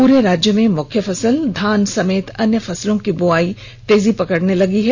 पूरे राज्य में मुख्य फसल धान समेत अन्य फसलों की बुआई तेजी पकड़ने लगी है